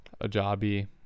Ajabi